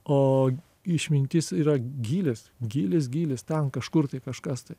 o išmintis yra gylis gylis gylis ten kažkur tai kažkas tai